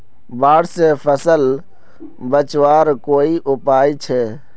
बाढ़ से फसल बचवार कोई उपाय छे?